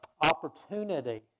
opportunity